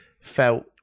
felt